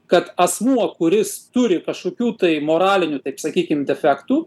kad asmuo kuris turi kažkokių tai moralinių taip sakykim defektų